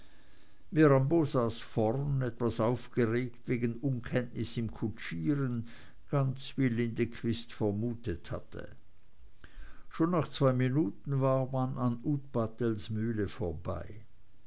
saß vorn etwas aufgeregt wegen unkenntnis im kutschieren ganz wie lindequist vermutet hatte schon nach zwei minuten war man an utpatels mühle vorbei